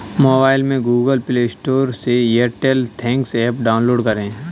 mobile में Google Play Store से Airtel Thanks app download करें